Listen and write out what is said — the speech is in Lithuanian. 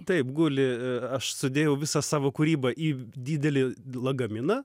taip guli aš sudėjau visą savo kūrybą į didelį lagaminą